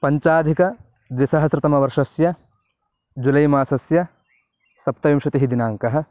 पञ्चाधिकद्विसहस्रतमवर्षस्य जुलै मासस्य सप्तविंशतिः दिनाङ्कः